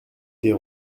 des